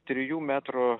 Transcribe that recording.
trijų metrų